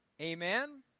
Amen